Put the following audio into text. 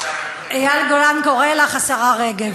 אייל גולן קורא לך, השרה רגב.